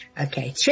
Okay